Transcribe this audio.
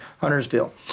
Huntersville